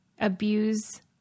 abuse